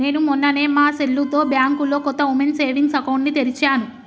నేను మొన్ననే మా సెల్లుతో బ్యాంకులో కొత్త ఉమెన్స్ సేవింగ్స్ అకౌంట్ ని తెరిచాను